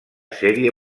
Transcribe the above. sèrie